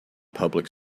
public